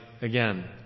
again